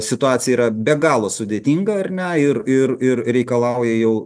situacija yra be galo sudėtinga ar ne ir ir ir reikalauja jau